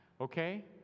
Okay